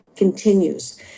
continues